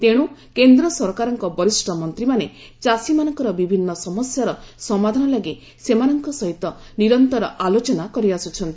ତେଣୁ କେନ୍ଦ୍ର ସରକାରଙ୍କ ବରିଷ୍ଠ ମନ୍ତ୍ରୀମାନେ ଚାଷୀମାନଙ୍କର ବିଭିନ୍ନ ସମସ୍ୟାର ସମାଧାନ ଲାଗି ନିରନ୍ତର ସେମାନଙ୍କ ସହିତ ନିରନ୍ତର ଆଲୋଚନା କରିଆସ୍କଚ୍ଚନ୍ତି